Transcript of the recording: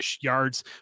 yards